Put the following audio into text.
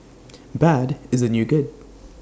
bad is the new good